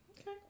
Okay